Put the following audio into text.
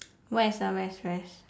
west ah west west